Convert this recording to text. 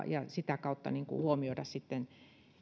ja sitä kautta huomioida sitten